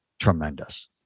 tremendous